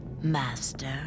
Master